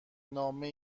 نامه